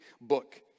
book